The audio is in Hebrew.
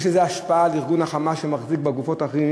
יש לו השפעה על ארגון ה"חמאס" שמחזיק בגופות האחרות,